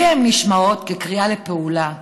לי הן נשמעות כקריאה לפעולה,